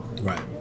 right